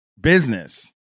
business